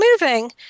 moving